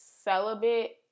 celibate